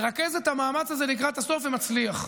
מרכז את המאמץ הזה לקראת הסוף ומצליח.